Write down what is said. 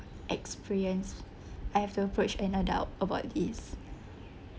experience I have to approach an adult about his